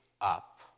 up